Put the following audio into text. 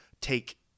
take